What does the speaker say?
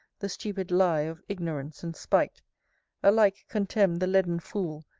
the stupid lie of ignorance and spite alike contemn the leaden fool,